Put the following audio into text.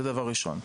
דבר שני,